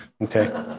Okay